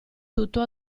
tutto